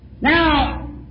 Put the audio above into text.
Now